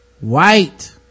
White